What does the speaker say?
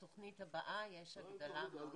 בתוכנית הבאה יש הגדלה.